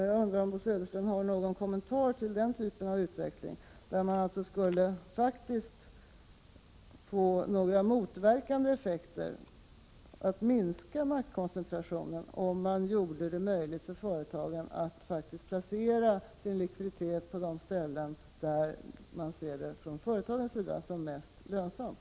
Jag undrar om Bo Södersten har någon kommentar till den typen av utveckling, där man skulle kunna få några motverkande effekter för att minska maktkoncentrationen om man gjorde det möjligt för företagen att placera likviditeten på de ställen där de anser att det är mest lönsamt?